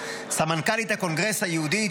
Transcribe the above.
סמנכ"לית הקונגרס היהודי,